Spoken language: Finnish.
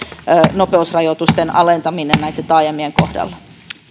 nopeusrajoitusten alentaminen taajamien kohdalla